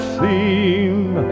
theme